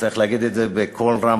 וצריך להגיד את זה בקול רם,